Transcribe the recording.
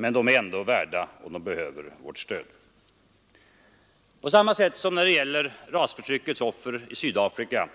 Men de är värda och behöver vårt stöd. På samma sätt som när det gäller rasförtryckets offer i Sydafrika